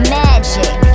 magic